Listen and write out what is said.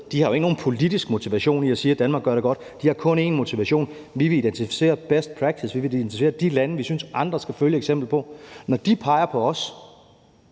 de har jo ikke nogen politisk motivation for at sige, at Danmark gør det godt; de har kun én motivation, og den handler om at identificere best practice og identificere de lande, som de synes andre skal følge som eksempel – og peget på os